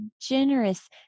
generous